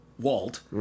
Walt